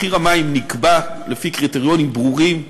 מחיר המים נקבע לפי קריטריונים ברורים.